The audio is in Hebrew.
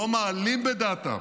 לא מעלים בדעתם